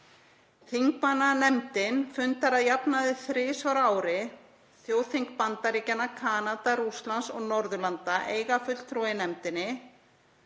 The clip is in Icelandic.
Þingmannanefndin fundar að jafnaði þrisvar á ári. Þjóðþing Bandaríkjanna, Kanada, Rússlands og Norðurlanda eiga fulltrúa í nefndinni